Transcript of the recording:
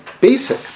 basic